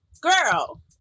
girl